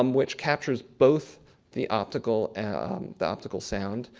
um which captures both the optical um the optical sound,